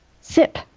SIP